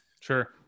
sure